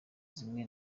zimwe